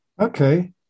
Okay